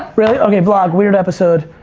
really? okay vlog, weird episode.